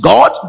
God